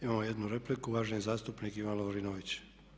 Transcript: Imamo jednu repliku uvaženi zastupnik Ivan Lovrinović.